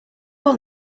all